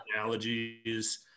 analogies